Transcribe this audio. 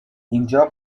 اینجا